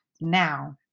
now